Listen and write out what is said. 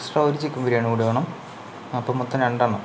extra ഒരു chicken biryani കൂടി വേണം അപ്പം മൊത്തം രണ്ടെണ്ണം